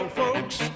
folks